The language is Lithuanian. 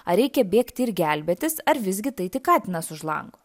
ar reikia bėgti ir gelbėtis ar visgi tai tik katinas už lango